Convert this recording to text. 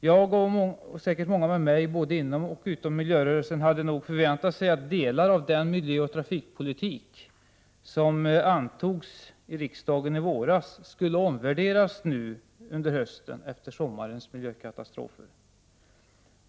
Jag, och säkert många med mig både inom och utom miljörörelsen, hade nog förväntat oss att delar av den miljöoch trafikpolitik som antogs av riksdagen i våras skulle omvärderas under hösten efter sommarens miljökatastrofer.